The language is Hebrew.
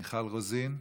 מיכל רוזין,